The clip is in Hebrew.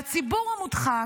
והציבור המודחק,